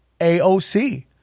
AOC